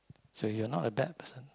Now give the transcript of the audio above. so you are not a bad person